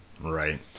right